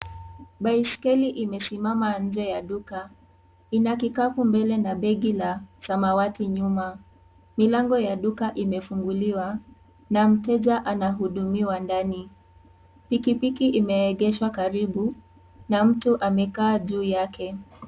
Baiskeli imesimama nje ya duka, ina kikapu mbele na begi la samawati nyuma, milango ya duka imefunguliwa na mteja anahudumiwa ndani, pikipiki imeegeshwa karibu na mtu amekaa juu yake.